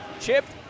Chipped